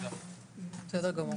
בסדר גמור.